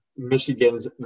Michigan's